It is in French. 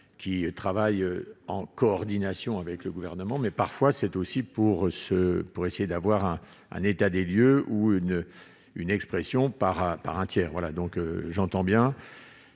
qui travaillent en coordination avec le gouvernement, mais parfois c'est aussi pour ce pour essayer d'avoir un un état des lieux où une une expression par par un tiers, voilà donc j'entends bien,